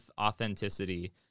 authenticity